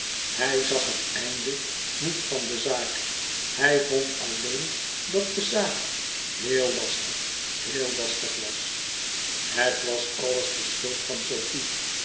hij zag het einde niet van de zaak hij vond alleen dat de zaak heel lastig héél lastig was het was alles de schuld van sofie